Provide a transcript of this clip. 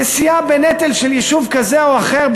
נשיאה בנטל ביישוב כזה או אחר,